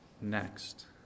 next